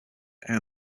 and